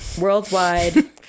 Worldwide